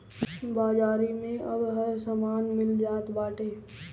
बाजारी में अब हर समान मिल जात बाटे